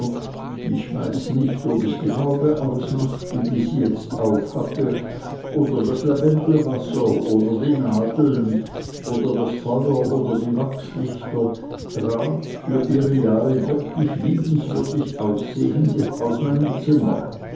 ich weiß nicht ob es die haube ausmachte die sie jetzt auf hatte oder das lavendelwasser oder die nadeln oder das feuer oder die wachslichter trat für ihre jahre wirklich liebenswürdig aussehend aus meinem zimmer